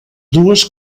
dues